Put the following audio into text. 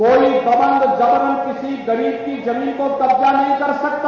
कोई दंबग जबरन किसी गरीब की जमीन पर कब्जा नहीं कर सकता